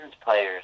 players